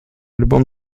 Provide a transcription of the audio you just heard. любом